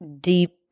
deep